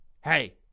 hey